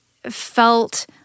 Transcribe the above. felt